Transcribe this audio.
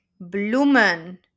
bloemen